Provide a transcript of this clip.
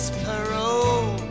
parole